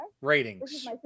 ratings